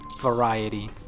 variety